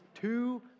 two